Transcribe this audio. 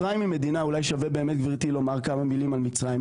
אולי שווה באמת גבירתי לומר כמה מילים על מצרים.